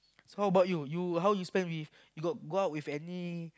so how bout you how you spend with you got go out with any